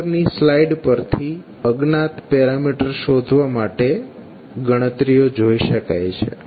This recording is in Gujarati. ઉપરની સ્લાઇડ પરથી અજ્ઞાત પેરામીટર શોધવા માટે ગણતરીઓ જોઇ શકાય છે